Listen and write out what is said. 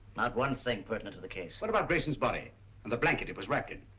not one thing pertinent to the case. what about grayson's body and the blanket it was wrapped in?